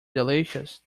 delicious